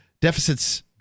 deficits